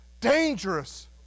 Dangerous